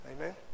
Amen